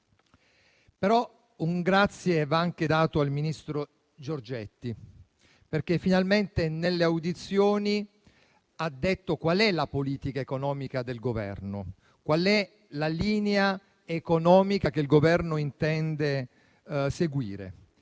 Un grazie va anche rivolto al ministro Giorgetti, perché finalmente nelle audizioni ha detto qual è la politica economica del Governo, qual è la linea economica che il Governo intende seguire: